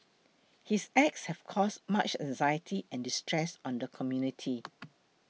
his acts have caused much anxiety and distress on the community